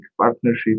partnership